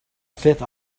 fifth